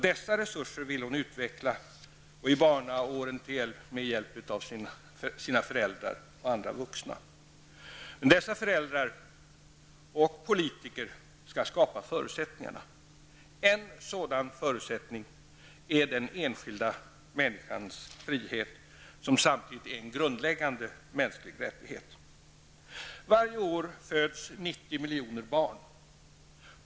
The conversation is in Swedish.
Dessa resurser vill människan utveckla, under barnaåren med hjälp av sina föräldrar och andra vuxna. Det är föräldrar och politiker som skall skapa förutsättningarna. En sådan förutsättning är den enskilda människans frihet som samtidigt är en grundläggande mänsklig rättighet. Varje år föds 90 miljoner barn.